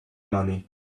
money